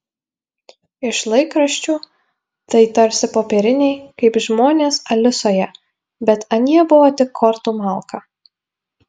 iš laikraščių tai tarsi popieriniai kaip žmonės alisoje bet anie buvo tik kortų malka